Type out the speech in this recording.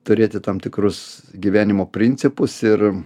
turėti tam tikrus gyvenimo principus ir